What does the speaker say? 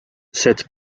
cette